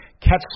catch